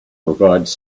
provides